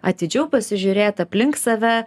atidžiau pasižiūrėt aplink save